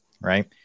right